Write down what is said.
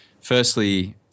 firstly